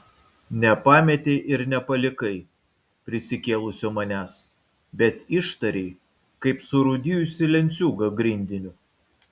nepametei ir nepalikai prisikėlusio manęs bet ištarei kaip surūdijusį lenciūgą grindiniu